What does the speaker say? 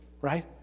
right